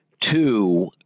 Two